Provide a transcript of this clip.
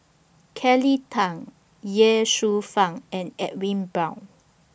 Kelly Tang Ye Shufang and Edwin Brown